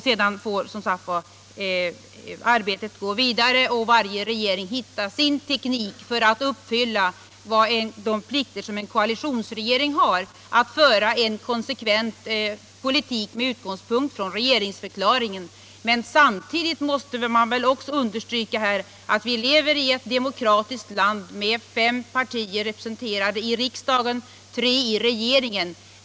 sinn Hö kross ANNA Varje regering får som sagt försöka hitta sin teknik för att uppfylla Om den svenska de plikter som en koalitionsregering har — att föra en konsekvent politik — Mellersta Östern med utgångspunkt i regeringsförklaringen. Men samtidigt måste under = politiken strykas att vi lever i ett demokratiskt land med fem partier representerade i riksdagen och tre i regeringen.